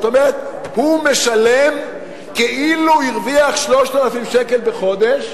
זאת אומרת הוא משלם כאילו הרוויח 3,000 בחודש,